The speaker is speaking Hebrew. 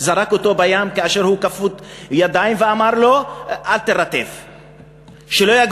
זרק אותו בים כאשר הוא כפות ידיים ואמר לו: אל תירטב,